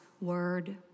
word